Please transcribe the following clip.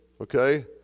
okay